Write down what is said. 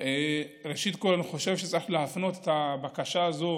ראשית, אני חושב שצריך להפנות את הבקשה הזאת